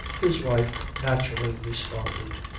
his wife naturally responded.